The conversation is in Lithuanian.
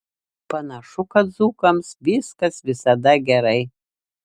panašu kad dzūkams viskas visada gerai